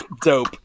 Dope